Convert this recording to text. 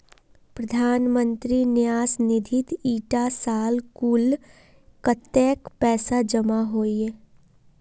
प्रधानमंत्री न्यास निधित इटा साल कुल कत्तेक पैसा जमा होइए?